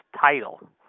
title